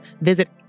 Visit